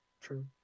true